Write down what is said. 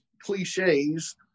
cliches